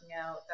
out